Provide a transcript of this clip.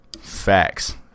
facts